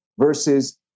versus